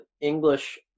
English